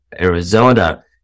Arizona